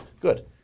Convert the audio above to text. good